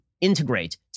integrate